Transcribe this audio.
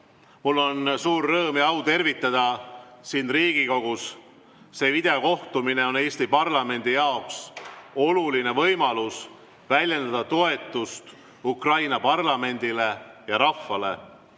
Mul on suur rõõm ja au tervitada sind Riigikogus. See videokohtumine on Eesti parlamendi jaoks oluline võimalus väljendada toetust Ukraina parlamendile ja rahvale.